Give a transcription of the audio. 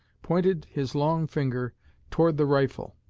pointed his long finger toward the rifle.